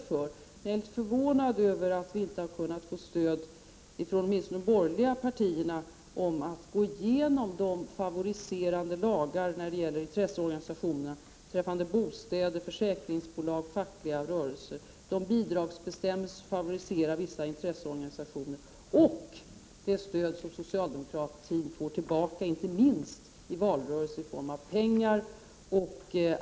Jag måste här säga att jag är litet förvånad över att vi inte har kunnat få stöd åtminstone från de borgerliga partierna när det gäller att gå igenom favoriserande lagar rörande intresseorganisationer på bostadsområdet, försäkringsbolag och fackliga rörelser, bidragsbestämmelser som favoriserar vissa organisationer och det stöd som socialdemokratin får i gengäld — inte minst i valrörelsen i form av t.ex. pengar.